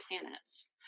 planets